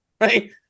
right